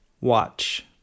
Watch